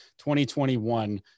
2021